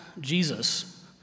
Jesus